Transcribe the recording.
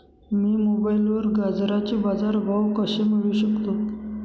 मी मोबाईलवर गाजराचे बाजार भाव कसे मिळवू शकतो?